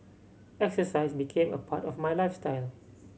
exercise became a part of my lifestyle